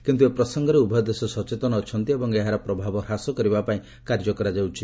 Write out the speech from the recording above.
କିନ୍ତୁ ଏ ପ୍ରସଙ୍ଗରେ ଉଭୟ ଦେଶ ସଚେତନ ଅଛନ୍ତି ଏବଂ ଏହାର ପ୍ରଭାବ ହ୍ରାସ କରିବା ପାଇଁ କାର୍ଯ୍ୟ କରାଯାଉଛି